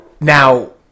Now